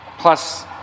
Plus